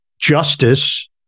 justice